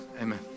Amen